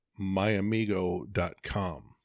myamigo.com